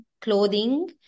clothing